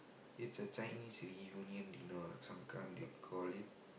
it's a Chinese reunion dinner or sometimes they call it